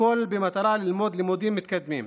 הכול במטרה ללמוד לימודים מתקדמים,